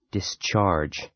Discharge